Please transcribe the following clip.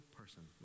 person